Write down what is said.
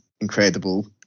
incredible